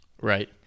Right